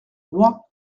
roi